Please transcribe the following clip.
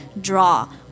draw